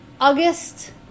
August